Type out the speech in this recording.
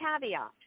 caveat